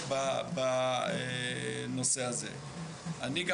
אני גם